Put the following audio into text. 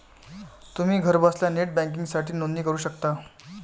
तुम्ही घरबसल्या नेट बँकिंगसाठी नोंदणी करू शकता